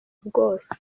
bwose